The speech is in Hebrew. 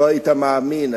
לא היית מאמין.